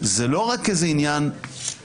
זה לא רק איזה עניין שלנו.